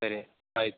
ಸರಿ ಆಯಿತು